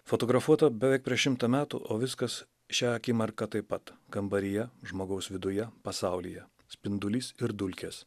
fotografuota beveik prieš šimtą metų o viskas šią akimirką taip pat kambaryje žmogaus viduje pasaulyje spindulys ir dulkės